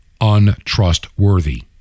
untrustworthy